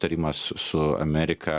tarimas su amerika